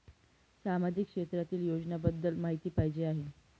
सामाजिक क्षेत्रातील योजनाबद्दल माहिती पाहिजे आहे?